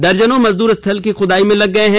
दर्जनों मजदूर स्थल की खुदाई में लग गए हैं